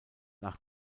nach